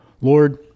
Lord